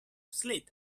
slid